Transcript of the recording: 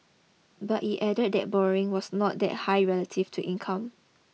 but it added that borrowing was not that high relative to income